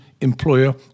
employer